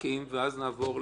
ואז נעבור לחטיבה,